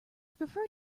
prefer